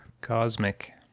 Cosmic